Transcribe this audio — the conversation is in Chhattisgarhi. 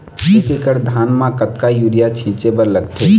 एक एकड़ धान म कतका यूरिया छींचे बर लगथे?